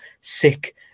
Sick